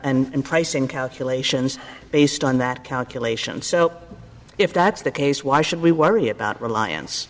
pricing calculations based on that calculation so if that's the case why should we worry about reliance